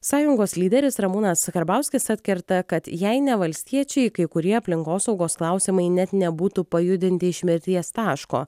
sąjungos lyderis ramūnas karbauskis atkerta kad jei ne valstiečiai kai kurie aplinkosaugos klausimai net nebūtų pajudinti iš mirties taško